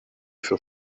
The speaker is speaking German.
für